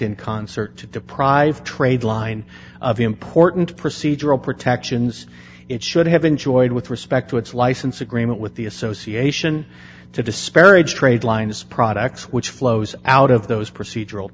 in concert to deprive trade line of important procedural protections it should have enjoyed with respect to its license agreement with the association to disparage trade lines products which flows out of those procedural